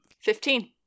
Fifteen